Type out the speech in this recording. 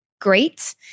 great